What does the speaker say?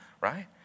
right